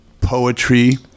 poetry